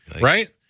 right